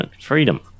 freedom